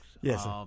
Yes